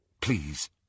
please